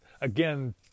again